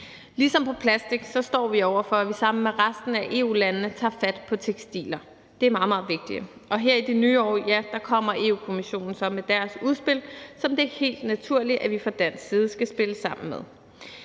Ligesom på plastikområdet står vi over for, at vi sammen med resten af EU-landene skal tage fat på tekstiler. Det er meget, meget vigtigt. Og her i det nye år kommer Europa-Kommissionen så med deres udspil, som det er helt naturligt at vi fra dansk side skal spille sammen med.